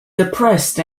depressed